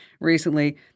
recently